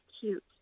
cute